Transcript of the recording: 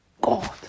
God